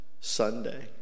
Sunday